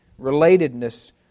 relatedness